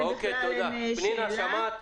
אין שאלה.